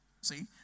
See